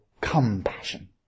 compassion